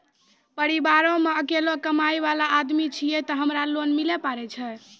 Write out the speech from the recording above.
परिवारों मे अकेलो कमाई वाला आदमी छियै ते हमरा लोन मिले पारे छियै?